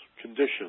conditions